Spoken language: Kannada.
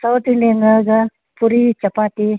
ಸೌತ್ ಇಂಡಿಯನಾಗ ಪೂರಿ ಚಪಾತಿ